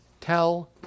tell